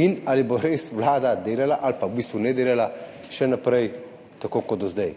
in ali bo res vlada delala ali v bistvu nedelala še naprej tako kot do zdaj.